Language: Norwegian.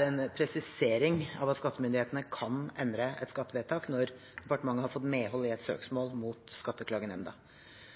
en presisering av at skattemyndighetene kan endre et skattevedtak når departementet har fått medhold i et søksmål mot Skatteklagenemnda.